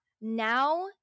now